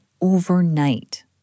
overnight